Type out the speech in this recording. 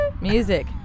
music